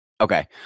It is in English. Okay